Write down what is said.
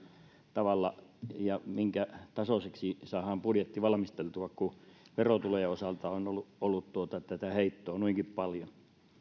tavalla ja minkä tasoiseksi saadaan budjetti valmisteltua kun verotulojen osalta on ollut tätä heittoa noinkin paljon